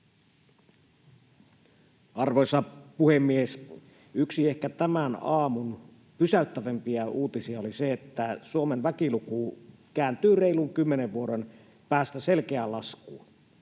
Arvoisa puhemies! Yksi tämän aamun ehkä pysäyttävämpiä uutisia oli se, että Suomen väkiluku kääntyy reilun kymmenen vuoden päästä selkeään laskuun.